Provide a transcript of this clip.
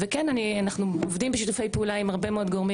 וכן אנחנו עובדים בשיתופי פעולה עם הרבה מאוד גורמים.